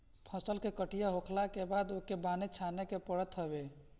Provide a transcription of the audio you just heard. फसल के कटिया होखला के बाद ओके बान्हे छाने के पड़त हवे